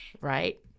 right